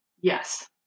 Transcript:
yes